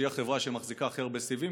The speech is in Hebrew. שהיא החברה שמחזיקה הכי הרבה סיבים,